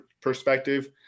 perspective